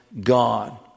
God